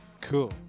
Cool